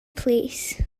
plîs